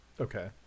okay